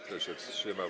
Kto się wstrzymał?